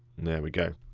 there we go.